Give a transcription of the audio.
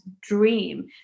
dream